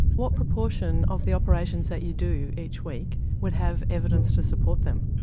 what proportion of the operations that you do each week would have evidence to support them?